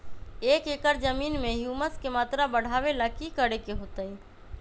एक एकड़ जमीन में ह्यूमस के मात्रा बढ़ावे ला की करे के होतई?